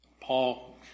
Paul